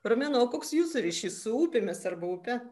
romena o koks jūsų ryšį su upėmis arba upe